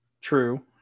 True